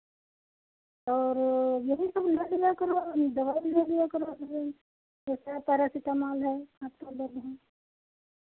और यही सब ले लिया करो दवा ले लिया करो जैसे पारासीटामोल है हाँ डोलो भी हैं